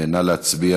נא להצביע.